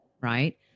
Right